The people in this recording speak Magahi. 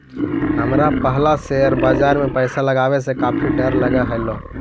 हमरा पहला शेयर बाजार में पैसा लगावे से काफी डर लगअ हलो